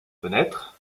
fenêtres